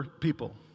people